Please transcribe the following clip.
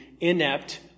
inept